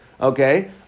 Okay